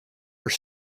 are